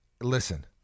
listen